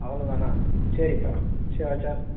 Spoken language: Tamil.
அவ்வளோதானா சரிப்பா சரி வெச்சிடறேன்